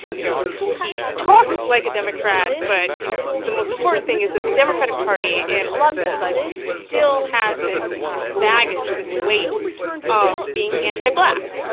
you know, he talks like a democrat. but, you know, the most important thing is that the democratic party in a lot of people's lives still has this baggage, this weight of being anti-black.